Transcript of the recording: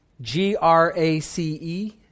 G-R-A-C-E